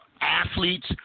athletes